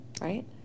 right